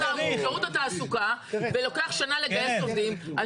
הבעיה מול שירות התעסוקה ולוקח שנה לגייס עובדים,